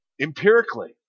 empirically